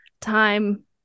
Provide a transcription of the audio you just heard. time